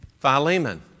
Philemon